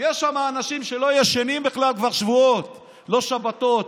יש שם אנשים שלא ישנים בכלל כבר שבועות, לא שבתות.